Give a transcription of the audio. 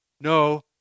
no